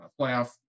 playoff